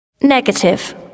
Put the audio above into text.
Negative